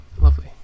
Lovely